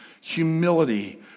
humility